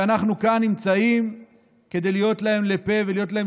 שאנחנו כאן נמצאים כדי להיות להם לפה ולהיות להם